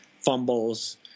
fumbles